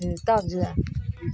हूँ तब जय